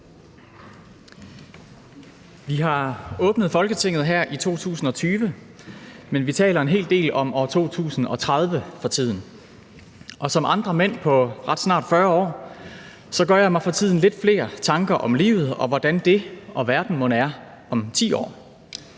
Vi har åbnet Folketinget her i 2020, men vi taler for tiden en hel del om 2030 – og som andre mænd på ret snart 40 år gør jeg mig for tiden lidt flere tanker om livet og om, hvordan det og verden mon er om 10 år.